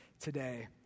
today